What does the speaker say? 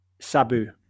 Sabu